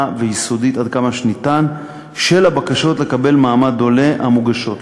ויסודית עד כמה שניתן של הבקשות לקבל מעמד עולה המוגשות לו.